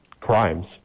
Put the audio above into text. crimes